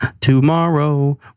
tomorrow